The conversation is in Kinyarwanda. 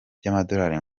by’amadolari